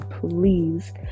please